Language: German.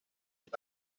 mit